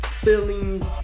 feelings